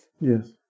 Yes